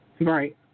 Right